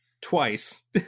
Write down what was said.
twice